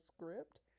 script